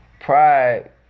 Pride